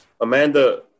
Amanda